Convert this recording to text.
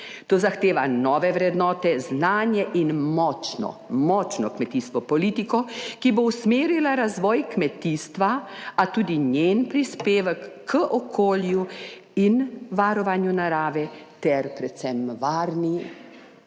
To zahteva nove vrednote, znanje in močno, močno kmetijsko politiko, ki bo usmerila razvoj kmetijstva, a tudi njen prispevek k okolju in varovanju narave ter predvsem varni